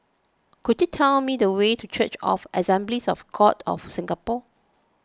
could you tell me the way to Church of Assemblies of God of Singapore